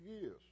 years